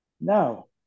No